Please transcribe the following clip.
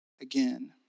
again